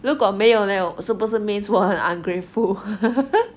如果没有 leh 是不是 means 我很 ungrateful